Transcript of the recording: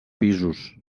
pisos